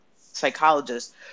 psychologist